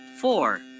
four